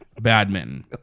badminton